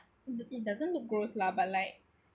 it doesn't look gross lah but like